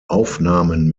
aufnahmen